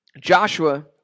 Joshua